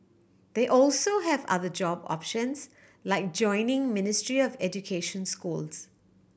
they also have other job options like joining Ministry of Education schools